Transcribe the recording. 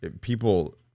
People